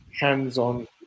hands-on